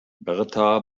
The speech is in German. berta